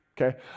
Okay